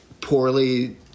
poorly